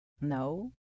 No